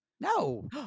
No